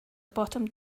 bottom